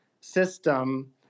system